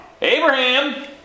Abraham